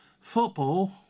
football